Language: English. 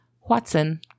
Watson